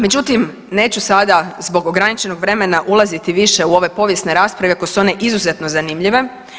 Međutim neću sada zbog ograničenog vremena ulaziti u ove povijesne rasprave iako su one izuzetno zanimljive.